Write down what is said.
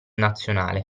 nazionale